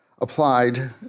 applied